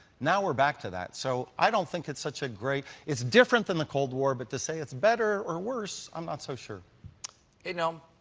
now we're back to that. so i don't think it's such a great it's different than the cold war, but to say it's better or worse, i'm not so sure. stephen you know,